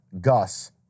Gus